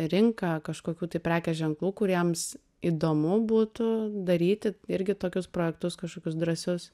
rinka kažkokių tai prekės ženklų kuriems įdomu būtų daryti irgi tokius projektus kažkokius drąsius